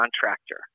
contractor